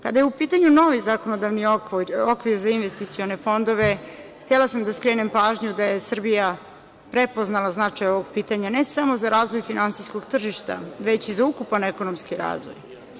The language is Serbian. Kada je u pitanju novi zakonodavni okvir za investicione fondove, htela sam da skrenem pažnju da je Srbija prepoznala značaj ovog pitanja, ne samo za razvoj finansijskog tržišta, već i za ukupan ekonomski razvoj.